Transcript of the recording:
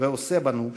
ועושה בנו שמות.